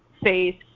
face